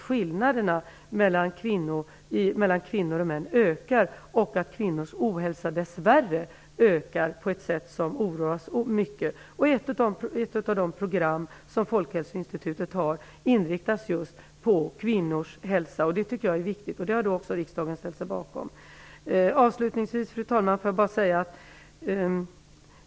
Skillnaderna mellan kvinnors och mäns hälsa ökar. Kvinnornas ohälsa ökar dess värre på ett sätt som är mycket oroande. Ett av Folkhälsoinstitutets program inriktas just på kvinnors hälsa. Jag tycker att detta är viktigt, och riksdagen har också ställt sig bakom det. Fru talman!